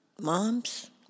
moms